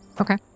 Okay